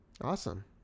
Awesome